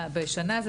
בשנה זה